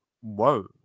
whoa